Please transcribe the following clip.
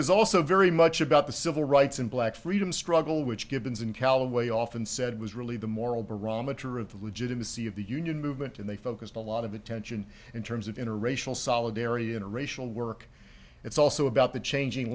is also very much about the civil rights and black freedom struggle which givens and callaway often said was really the moral barometer of the legitimacy of the union movement and they focused a lot of attention in terms of in a racial solidarity in a racial work it's also about the changing